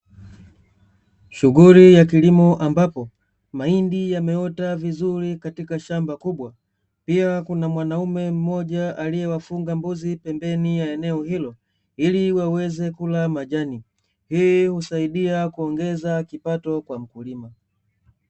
Shughuli ya kilimo, ambapo mahindi yameota vizuri katika shamba kubwa, pia kuna mwanaume mmoja aliyewafunga mbuzi pembeni ya eneo hilo ili waweze kula majani. Hii husaidia kuongeza kipato kwa mkulima.